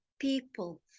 people